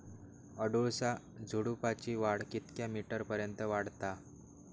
अडुळसा झुडूपाची वाढ कितक्या मीटर पर्यंत वाढता?